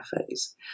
cafes